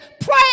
pray